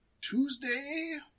Tuesday